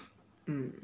mm